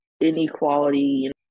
inequality